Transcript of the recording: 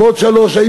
בעוד שלוש שנים,